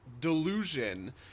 delusion